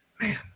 man